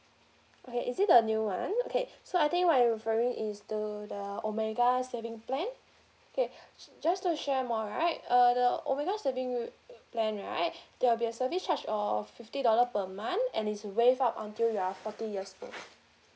okay is it the new one okay so I think what are you referring is to the omega saving plan okay j~ just to share more right err the omega saving w~ plan right there will be a service charge of fifty dollar per month and it's waived up until you are forty years old